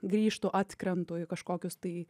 grįžtu atkrentu į kažkokius tai